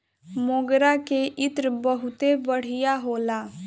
मोगरा के इत्र बहुते बढ़िया होला